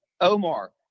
Omar